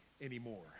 anymore